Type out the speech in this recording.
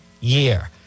year